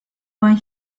one